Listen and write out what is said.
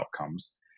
outcomes